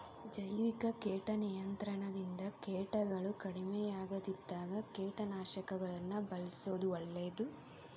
ಜೈವಿಕ ಕೇಟ ನಿಯಂತ್ರಣದಿಂದ ಕೇಟಗಳು ಕಡಿಮಿಯಾಗದಿದ್ದಾಗ ಕೇಟನಾಶಕಗಳನ್ನ ಬಳ್ಸೋದು ಒಳ್ಳೇದು